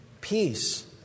peace